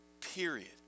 period